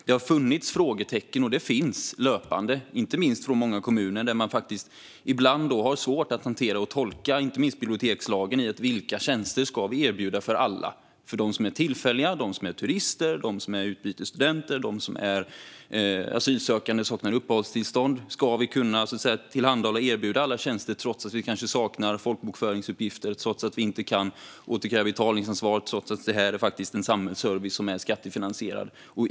Det har funnits och finns löpande frågetecken, inte minst hos många kommuner där man ibland har svårt att hantera och tolka bibliotekslagen när det gäller vilka tjänster som ska erbjudas för alla, för tillfälliga, för turister, för utbytesstudenter, för asylsökande och för personer som saknar uppehållstillstånd. Ska alla tjänster tillhandahållas och erbjudas trots att folkbokföringsuppgifter kanske saknas, att betalningsansvar inte kan utkrävas och att det är en samhällsservice som är skattefinansierad?